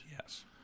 Yes